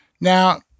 Now